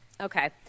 Okay